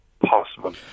possible